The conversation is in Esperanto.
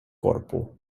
korpo